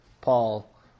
Paul